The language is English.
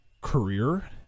career